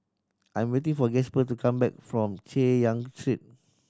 I'm waiting for Gasper to come back from Chay Yan Street